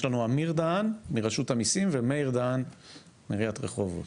יש לנו אמיר דהן מרשות המיסים ומאיר דהן מעיריית רחובות.